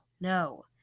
No